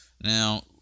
Now